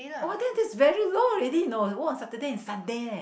oh that that is very low already you know work on Saturday and Sunday leh